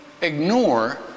ignore